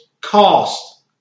cost